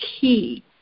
key